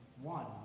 one